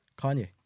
Kanye